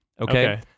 Okay